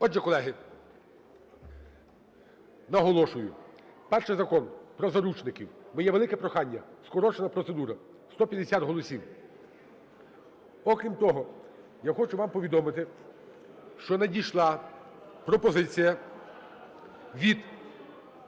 Отже, колеги, наголошую, перший Закон про заручників. Моє велике прохання, скорочена процедура, 150 голосів. Окрім того, я хочу вам повідомити, що надійшла пропозиція від